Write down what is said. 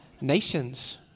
nations